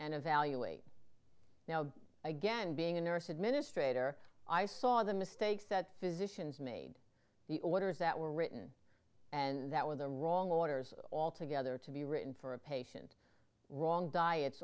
and evaluate now again being a nurse administrator i saw the mistakes that physicians made the orders that were written and that were the wrong orders altogether to be written for a patient wrong diet